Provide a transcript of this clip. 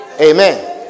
Amen